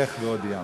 לך והודיעם.